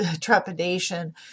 trepidation